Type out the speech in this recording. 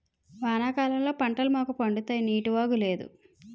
వానాకాలం పంటలు మాకు పండుతాయి నీటివాగు లేదు